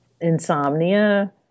Insomnia